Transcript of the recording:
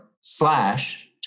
slash